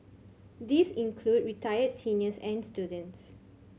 these include retired seniors and students